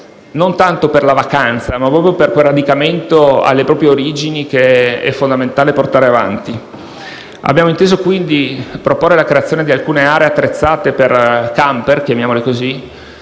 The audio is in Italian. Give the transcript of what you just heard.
non tanto per le vacanze, quanto proprio per un radicamento alle proprie origini, che è fondamentale portare avanti. Abbiamo inteso, quindi, proporre la creazione di alcune aree attrezzate per *camper*, per dare la